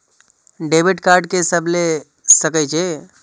Debit card के सब ले सके छै?